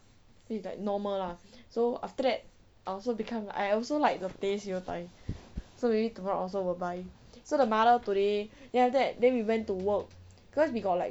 it's like normal lah so after that I also become I also like the teh siew dai so maybe tomorrow I also will buy so the mother today then after that then we went to work cause we got like